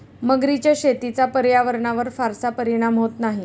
मगरीच्या शेतीचा पर्यावरणावर फारसा परिणाम होत नाही